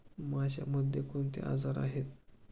माशांमध्ये कोणते आजार आहेत?